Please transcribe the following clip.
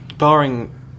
Barring